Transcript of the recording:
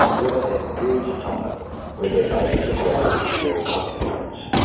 women have and periods of time where their babies are quiet is a very common occurrence.